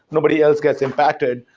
nobody else gets impacted.